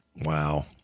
wow